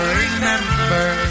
remember